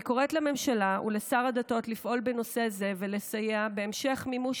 אני קוראת לממשלה ולשר הדתות לפעול בנושא ולסייע בהמשך מימוש